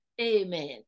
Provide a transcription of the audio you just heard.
Amen